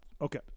Okay